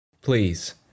Please